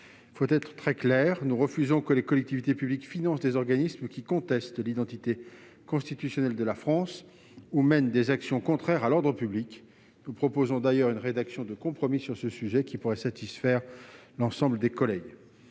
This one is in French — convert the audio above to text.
Il faut être très clair : nous refusons que les collectivités publiques financent des organismes qui contestent l'identité constitutionnelle de la France ou mènent des actions contraires à l'ordre public. Nous proposons d'ailleurs une rédaction de compromis sur ce sujet, qui pourrait tous nous satisfaire, mes chers collègues.